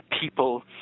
people